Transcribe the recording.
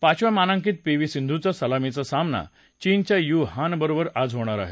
पाचव्या मानांकित P V सिंधूचा सलामीचा सामना चीनच्या यू हान बरोबर आज होणार आहे